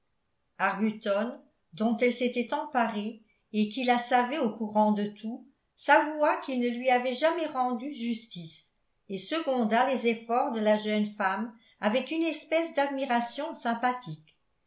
arbuton dont elle s'était emparée et qui la savait au courant de tout s'avoua qu'il ne lui avait jamais rendu justice et seconda les efforts de la jeune femme avec une espèce d'admiration sympathique